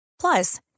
Plus